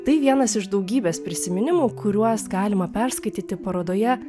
tai vienas iš daugybės prisiminimų kuriuos galima perskaityti parodoje